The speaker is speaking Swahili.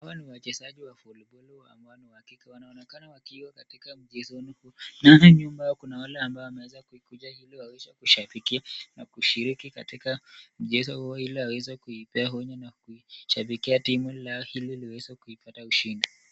Hawa ni wachezaji wa voliboli ambao ni wa kike wanaonekana wakiwa katika mchezo huku, nao nyuma yao kuna wale ambao wameweza kukuja ili waweze kushabikia, na kushiriki katika mchezo huo, ili waweze kuipea honyo na kuishabikia timu lao ili liweze kuipata ushindi.